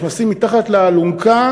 נכנסים מתחת לאלונקה